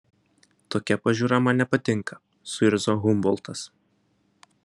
tokia pažiūra man nepatinka suirzo humboltas